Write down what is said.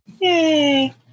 Yay